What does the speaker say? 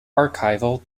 archival